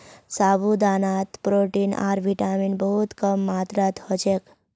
साबूदानात प्रोटीन आर विटामिन बहुत कम मात्रात ह छेक